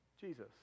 Jesus